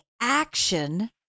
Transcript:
action